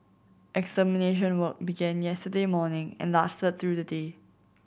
extermination work begin yesterday morning and lasted through the day